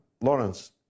Lawrence